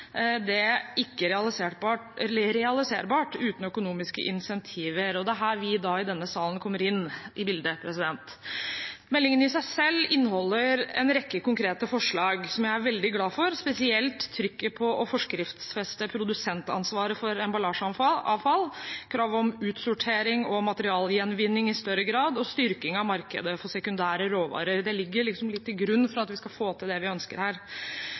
er det ikke realiserbart uten økonomiske incentiver, og det er her vi i denne salen kommer inn i bildet. Meldingen i seg selv inneholder en rekke konkrete forslag som jeg er veldig glad for, spesielt trykket på å forskriftsfeste produsentansvaret for emballasjeavfall, kravet om utsortering og materialgjenvinning i større grad og styrking av markedet for sekundære råvarer. Det ligger liksom litt til grunn for at vi skal få til det vi ønsker her.